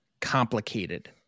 complicated